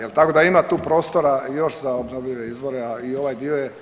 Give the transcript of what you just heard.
Jel tako da ima tu prostora još za obnovljive izvore, a i ovaj dio je tu i